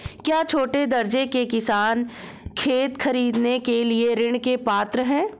क्या छोटे दर्जे के किसान खेत खरीदने के लिए ऋृण के पात्र हैं?